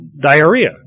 diarrhea